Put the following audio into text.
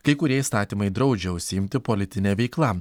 kai kurie įstatymai draudžia užsiimti politine veikla